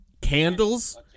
candles